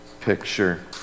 picture